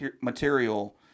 material